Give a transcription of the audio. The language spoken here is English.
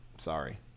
Sorry